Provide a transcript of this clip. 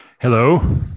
Hello